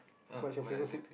what's your favourite food